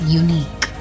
unique